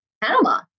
Panama